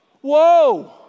Whoa